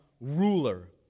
ruler